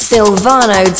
Silvano